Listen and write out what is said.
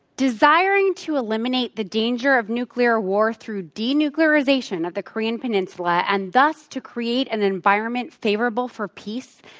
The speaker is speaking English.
desiring to eliminate the danger of nuclear war through denuclearization of the korean peninsula, and thus to create an environment favorable for peace,